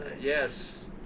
Yes